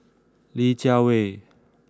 Li Jiawei